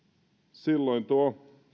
silloin tuo